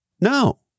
No